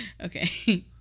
okay